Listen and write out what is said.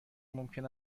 ممکن